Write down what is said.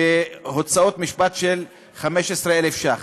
בהוצאות משפט של 15,000 ש"ח.